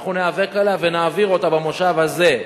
ושאנחנו ניאבק עליה ונעביר אותה במושב הזה,